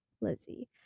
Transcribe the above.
Lizzie